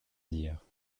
dire